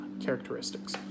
characteristics